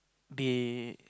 they